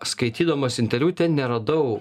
skaitydamas interviu ten neradau